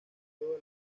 volvió